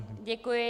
Děkuji.